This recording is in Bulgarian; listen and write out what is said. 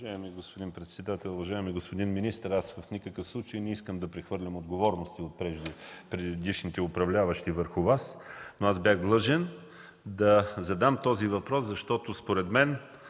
Уважаеми господин председател, уважаеми господин министър! В никакъв случай не искам да прехвърлям отговорности от предишните управляващи върху Вас, но бях длъжен да задам този въпрос, защото, според мен,